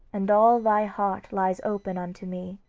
and all thy heart lies open unto me.